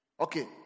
Okay